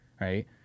right